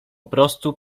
prostu